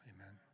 Amen